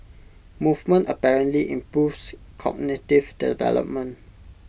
movement apparently improves cognitive development